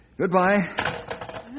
Goodbye